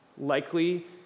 likely